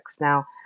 Now